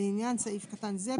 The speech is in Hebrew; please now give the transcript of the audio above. לעניין סעיף קטן זה,